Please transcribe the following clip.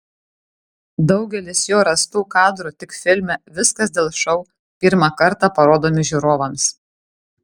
daugelis jo rastų kadrų tik filme viskas dėl šou pirmą kartą parodomi žiūrovams